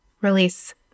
release